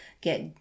get